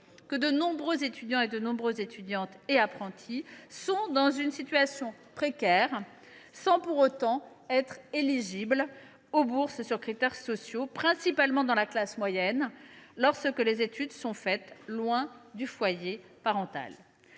semblent indiquer que de nombreux étudiants et apprentis sont dans une situation précaire sans pour autant être éligibles aux bourses sur critères sociaux, principalement dans la classe moyenne, lorsque les études sont faites loin du foyer parental.